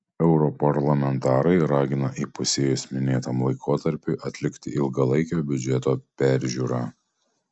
europarlamentarai ragina įpusėjus minėtam laikotarpiui atlikti ilgalaikio biudžeto peržiūrą